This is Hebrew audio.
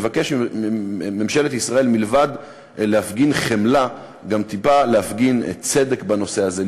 מבקש מממשלת ישראל מלבד חמלה גם טיפה להפגין צדק בנושא הזה,